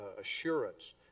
assurance